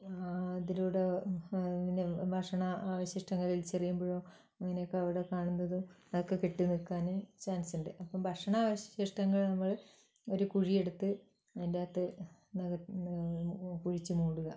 അതിലൂടെ പിന്നെ ഭക്ഷണ അവശിഷ്ടങ്ങൾ വലിച്ചെറിയുമ്പോഴോ അങ്ങനെയൊക്കെ അവിടെ കാണുന്നതും അതൊക്കെ കെട്ടിനില്ക്കാന് ചാൻസുണ്ട് അപ്പം ഭക്ഷണാവശിഷ്ടങ്ങൾ നമ്മള് ഒരു കുഴിയെടുത്ത് അതിന്റെയകത്ത് കുഴിച്ചുമൂടുക